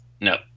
No